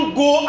go